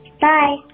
Bye